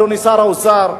אדוני שר האוצר,